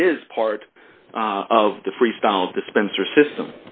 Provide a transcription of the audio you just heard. it is part of the free style dispenser system